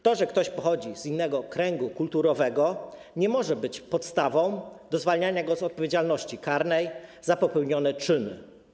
To, że ktoś pochodzi z innego kręgu kulturowego, nie może być podstawą do zwalniania go z odpowiedzialności karnej za popełnione czyny.